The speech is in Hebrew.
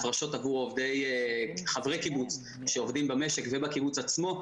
הפרשות עבור חברי קיבוץ שעובדים במשק ובקיבוץ עצמו,